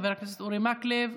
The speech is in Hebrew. חבר הכנסת אורי מקלב,